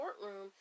courtroom